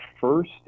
first